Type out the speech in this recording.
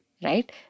Right